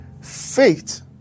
Faith